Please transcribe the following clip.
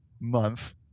month